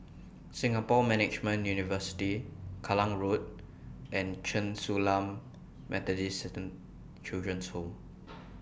Singapore Management University Kallang Road and Chen Su Lan Methodist Children's Home